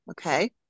okay